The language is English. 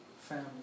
family